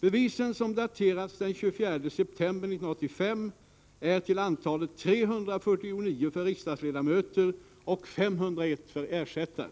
Bevisen, som daterats den 24 september 1985, är till antalet 349 för riksdagsledamöter och 501 för ersättare.